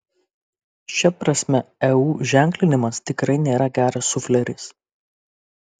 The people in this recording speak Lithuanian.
šia prasme eu ženklinimas tikrai nėra geras sufleris